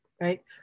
right